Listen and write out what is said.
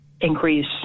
increase